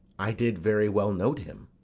i did very well note him.